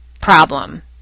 problem